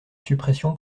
suppression